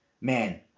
man